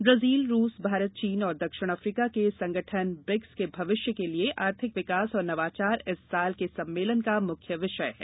Brazil रूस भारत चीन और दक्षिण अफ्रीका के संगठन ब्रिक्स के भविष्य के लिए आर्थिक विकास और नवाचार इस वर्ष के सम्मेलन का मुख्य विषय है